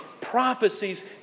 prophecies